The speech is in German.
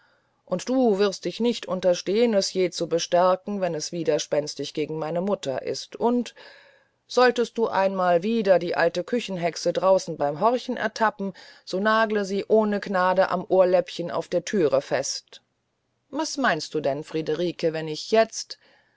und du wirst dich nicht unterstehen es je zu bestärken wenn es widerspenstig gegen meine mutter ist und solltest du einmal wieder die alte küchenhexe draußen beim horchen ertappen so nagle sie ohne gnade am ohrläppchen auf der thür fest was meinst du denn friederike wenn ich jetzt